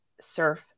surf